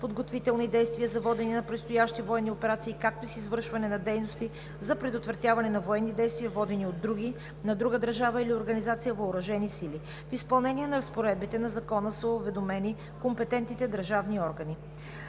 подготвителни действия за водене на предстоящи военни операции, както и с извършване на дейности за предотвратяване на военни действия, водени от други (на друга държава или организация) въоръжени сили. В изпълнение на разпоредбите на Закона са уведомени компетентните държавни органи.